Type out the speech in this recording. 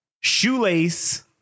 Shoelace